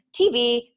TV